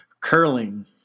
Curling